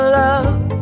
love